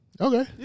Okay